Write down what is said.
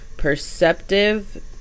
Perceptive